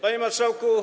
Panie Marszałku!